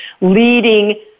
leading